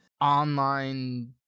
online